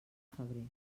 febrer